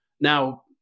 Now